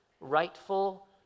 rightful